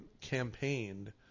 campaigned